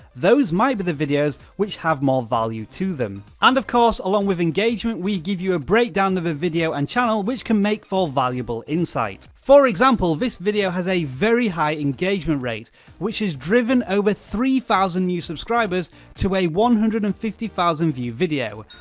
those might the videos which have more value to them. and of course, along with engagement we give you a breakdown of the video and channel which can make for valuable insight, for example this video has a very high engagement rate which has driven over three thousand subscribers to a one hundred and fifty thousand view video.